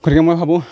গতিকে মই ভাবোঁ